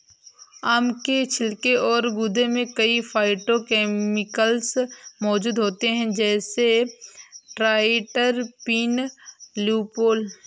आम के छिलके और गूदे में कई फाइटोकेमिकल्स मौजूद होते हैं, जैसे ट्राइटरपीन, ल्यूपोल